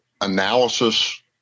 analysis